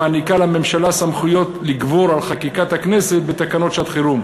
שמעניקה לממשלה סמכויות לגבור על חקיקת הכנסת בתקנות שעת-חירום,